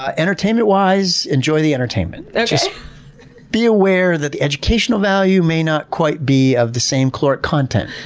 ah entertainment wise, enjoy the entertainment. just be aware that the educational value may not quite be of the same caloric content.